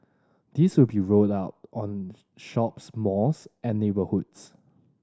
these will be rolled out on shops malls and neighbourhoods